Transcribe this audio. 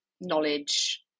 knowledge